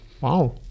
Wow